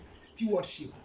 stewardship